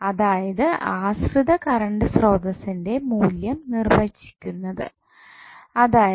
അതായത് ആശ്രിത കറണ്ട് സ്രോതസ്സിൻ്റെ മൂല്യം നിർവചിക്കുന്നത് അതായത്